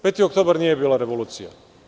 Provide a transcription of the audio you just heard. Peti oktobar nije bila revolucija.